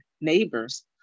neighbors